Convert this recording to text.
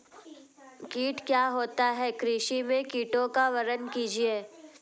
कीट क्या होता है कृषि में कीटों का वर्णन कीजिए?